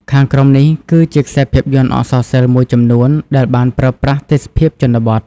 ខាងក្រោមនេះគឺជាខ្សែភាពយន្តអក្សរសិល្ប៍មួយចំនួនដែលបានប្រើប្រាស់ទេសភាពជនបទ